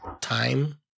time